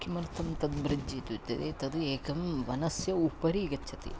किमर्थं तद् ब्रिड्ज् इत्युत्तते तद् एकं वनस्य उपरि गच्छति